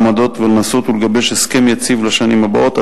בעמדות ולנסות ולגבש הסכם יציב לשנים הבאות.